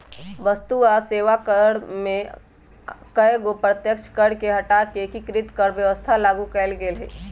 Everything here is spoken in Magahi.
वस्तु आ सेवा कर में कयगो अप्रत्यक्ष कर के हटा कऽ एकीकृत कर व्यवस्था लागू कयल गेल हई